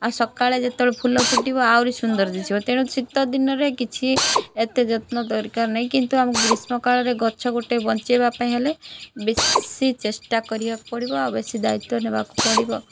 ଆଉ ସକାଳେ ଯେତେବେଳେ ଫୁଲ ଫୁଟିବ ଆହୁରି ସୁନ୍ଦର ଦିଶିବ ତେଣୁ ଶୀତ ଦିନରେ କିଛି ଏତେ ଯତ୍ନ ଦରକାର ନାହିଁ କିନ୍ତୁ ଆମ ଗ୍ରୀଷ୍ମକାଳରେ ଗଛ ଗୋଟେ ବଞ୍ଚେଇବା ପାଇଁ ହେଲେ ବେଶି ଚେଷ୍ଟା କରିବାକୁ ପଡ଼ିବ ଆଉ ବେଶୀ ଦାୟିତ୍ୱ ନେବାକୁ ପଡ଼ିବ